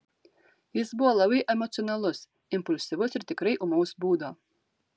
jis buvo labai emocionalus impulsyvus ir tikrai ūmaus būdo